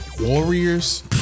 Warriors